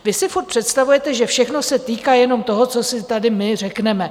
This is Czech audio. Vy si furt představujete, že všechno se týká jenom toho, co si tady my řekneme.